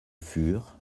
fur